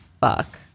fuck